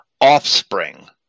offspring